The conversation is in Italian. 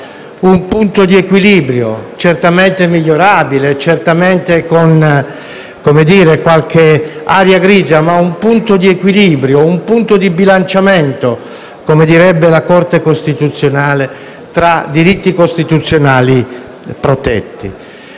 un punto di equilibrio, certamente migliorabile, certamente con qualche area grigia, ma un punto di bilanciamento, come direbbe la Corte costituzionale, tra diritti costituzionali protetti.